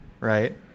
Right